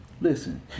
listen